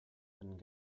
couldn’t